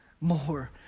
more